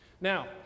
Now